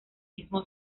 mismo